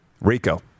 rico